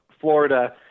Florida